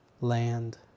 land